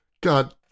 God